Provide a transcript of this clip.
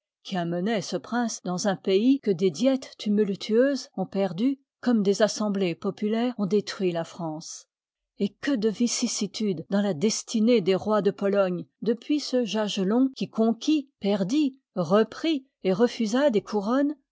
qui amenoit ce prince dans un pays que des diètes tumultueuses ont perdu comme des assemblées populaires ont détruit la france et que de vicissitudes dans la destinée des rois de pologne depuis ce jagellon qui conquit perdit reprit et refusa des couronnes